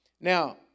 Now